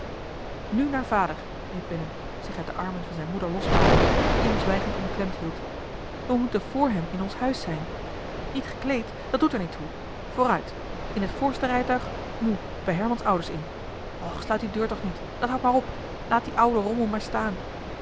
nu naar vader riep willem zich uit de armen van zijne moeder losmakend die hem zwijgend omklemd hield we moeten vr hem in ons huis zijn niet gekleed dat doet er niet toe vooruit in het voorste rijtuig moe bij hermans ouders in och sluit die deur toch niet dat houdt maar op laat dien ouden rommel maar staan